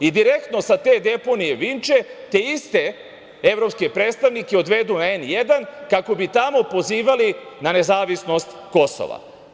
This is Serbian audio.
Direktno sa te deponije Vinče te iste evropske predstavnike odvedu „N1“, kako bi tamo pozivali na nezavisnost Kosova.